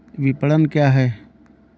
विपणन क्या है?